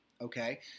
Okay